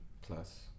plus